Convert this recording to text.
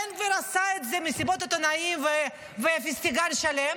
שבן גביר עשה על זה מסיבות עיתונאים ופסטיגל שלם,